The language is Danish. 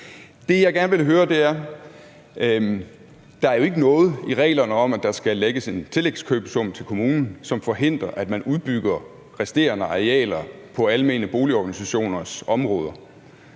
Det, jeg gerne vil diskutere, er: Der er jo ikke noget i reglerne om, at der skal lægges en tillægskøbesum til kommunen, som forhindrer, at man udbygger resterende arealer på almene boligorganisationers områder.